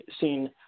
seen